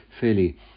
fairly